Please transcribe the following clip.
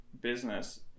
business